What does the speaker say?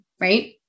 right